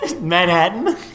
Manhattan